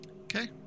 Okay